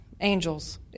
Angels